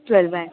चल बाय